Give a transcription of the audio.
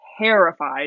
terrified